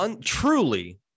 truly